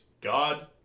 God